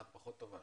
אחת פחות טובה,